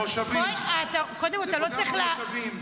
זה פוגע במושבים, ברמת הגולן, וצריך להבין את זה.